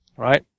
right